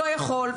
לא יכול,